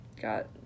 Got